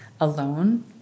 alone